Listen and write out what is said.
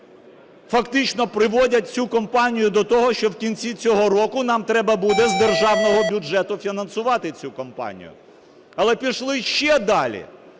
фактично приводять цю компанію до того, що в кінці цього року нам треба буде з державного бюджету фінансувати цю компанію. Але пішли ще далі.